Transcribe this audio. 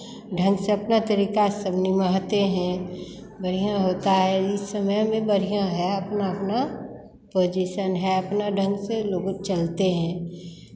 ढंग से अपना तरीका से सब निभाते हैं बढ़ियाँ होता है इस समय में बढ़ियाँ है अपना अपना पोजीशन है अपना ढंग से लोग चलते हैं